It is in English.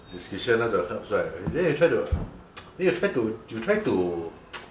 description 那种 terms right then you try to then you try to you try to